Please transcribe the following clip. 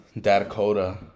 Dakota